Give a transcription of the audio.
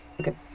Okay